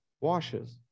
washes